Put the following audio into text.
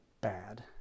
bad